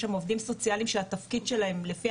יש שם עובדים סוציאליים שהתפקיד שלהם לפי